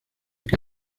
que